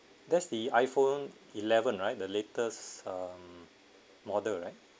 that's the iPhone eleven right the latest um model right